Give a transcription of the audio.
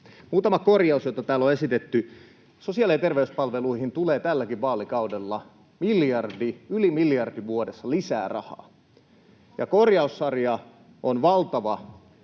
Muutama korjaus siihen, mitä täällä on esitetty: Sosiaali- ja terveyspalveluihin tulee tälläkin vaalikaudella miljardi, yli miljardi, vuodessa lisää rahaa, ja korjaussarja on valtava myöskin